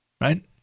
Right